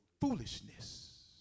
foolishness